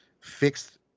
fixed